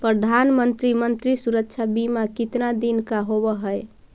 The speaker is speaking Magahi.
प्रधानमंत्री मंत्री सुरक्षा बिमा कितना दिन का होबय है?